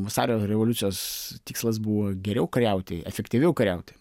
vasario revoliucijos tikslas buvo geriau kariauti efektyviau kariauti